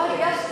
לא הרגשתי.